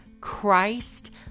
Christ